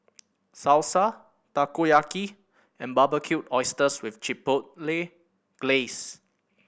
Salsa Takoyaki and Barbecued Oysters with Chipotle Glaze